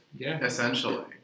Essentially